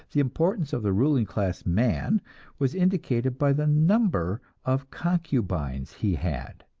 the importance of the ruling class man was indicated by the number of concubines he had,